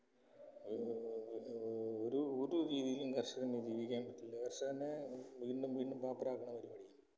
ഒരു ഒരു രീതിയിലും കർഷകന് ജീവിക്കാൻ പറ്റില്ല കർഷകന് വീണ്ടും വീണ്ടും പാപ്പരാക്കുന്ന പരിപാടിയാണ്